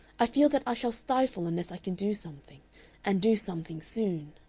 i feel that i shall stifle unless i can do something and do something soon.